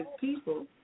people